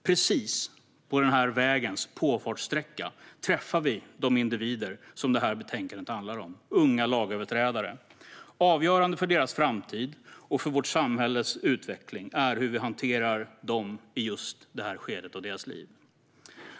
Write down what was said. Precis på denna vägs påfartssträcka träffar vi de individer som det här betänkandet handlar om: unga lagöverträdare. Avgörande för deras framtid och för vårt samhälles utveckling är hur vi hanterar dem i just detta skede av sina liv.